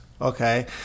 okay